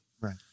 Right